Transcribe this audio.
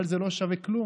אבל זה לא שווה כלום,